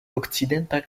okcidenta